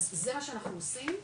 אז זה מה שאנחנו עושים.